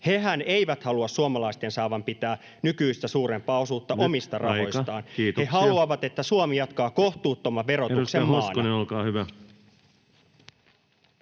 Hehän eivät halua suomalaisten saavan pitää nykyistä suurempaa osuutta omista rahoistaan. [Puhemies huomauttaa ajasta] He haluavat, että Suomi jatkaa kohtuuttoman verotuksen maana.